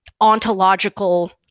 ontological